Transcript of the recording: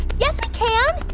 yes we can!